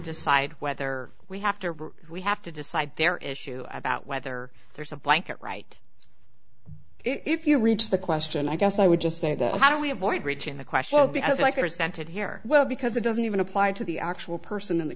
decide whether we have to we have to decide their issue about whether there's a blanket right if you reach the question i guess i would just say that how do we avoid reaching the question because like presented here well because it doesn't even apply to the actual person in th